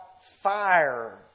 fire